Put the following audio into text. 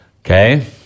Okay